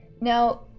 now